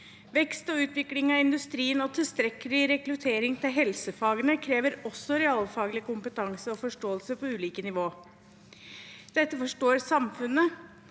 Vekst og utvikling av industrien og tilstrekkelig rekruttering til helsefagene krever også realfaglig kompetanse og forståelse på ulike nivå. Dette forstår samfunnet.